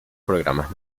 programas